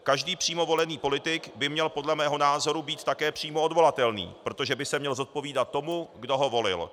Každý přímo volený politik by měl podle mého názoru být také přímo odvolatelný, protože by se měl zodpovídat tomu, kdo ho volil.